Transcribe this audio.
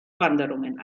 wanderungen